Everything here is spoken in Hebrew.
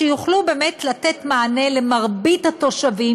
שיוכלו באמת לתת מענה למרבית התושבים